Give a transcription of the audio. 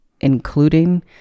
including